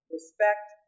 respect